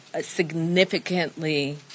significantly